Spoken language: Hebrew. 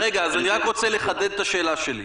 אני רק רוצה לחדד את שאלתי.